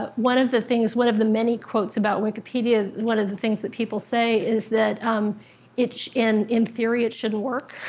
but one of the things, one of the many quotes about wikipedia, one of the things that people say, is that um in in theory, it shouldn't work,